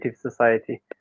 society